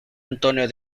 antonio